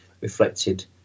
reflected